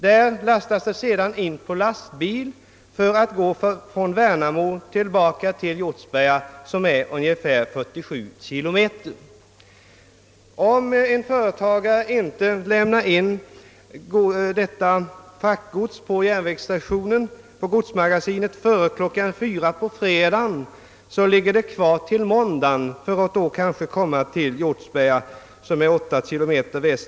Där lastas det åter över på lastbil för att gå från Värnamo tillbaka till Hjortsberga, en sträcka på ungefär 47 kilometer. Om företagaren inte lämnar in detta fraktgods före kl. 16 på fredagen, ligger det kvar till måndagen för att kanske komma till Hjortsberga på tisdagen.